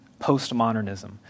postmodernism